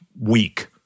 week